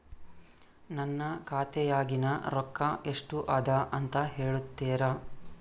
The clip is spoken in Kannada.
ನನ್ನ ಖಾತೆಯಾಗಿನ ರೊಕ್ಕ ಎಷ್ಟು ಅದಾ ಅಂತಾ ಹೇಳುತ್ತೇರಾ?